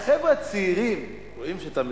החבר'ה הצעירים, רואים שאתה מתרגש.